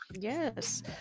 Yes